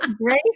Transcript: Grace